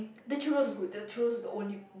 the churros is good the churros is the only